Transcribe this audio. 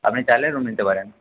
আপনি চাইলে রুম নিতে পারেন